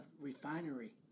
refinery